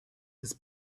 his